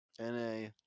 NA